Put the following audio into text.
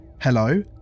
Hello